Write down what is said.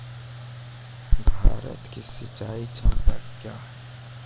भारत की सिंचाई क्षमता क्या हैं?